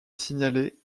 signalée